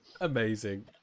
Amazing